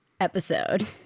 episode